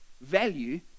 Value